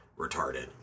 retarded